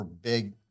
big